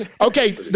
Okay